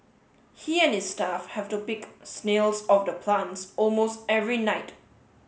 he and his staff have to pick snails off the plants almost every night